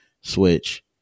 Switch